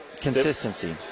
Consistency